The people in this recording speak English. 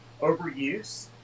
overuse